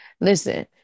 listen